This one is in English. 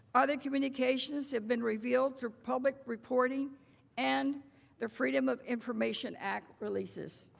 other communications have been revealed through public reporting and the freedom of information act releases.